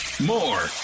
More